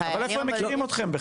לחיילים הבודדים.